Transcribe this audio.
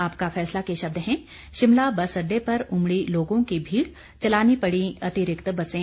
आपका फैसला के शब्द हैं शिमला बस अड्डे पर उमड़ी लोगों की भीड़ चलानी पड़ी अतिरिक्त बसें